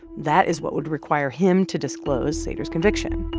that is what would require him to disclose sater's conviction